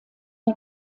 der